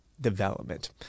development